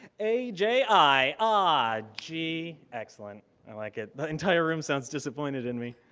a j i, ah aji, excellent, i like it. the entire room sounds disappointed in me.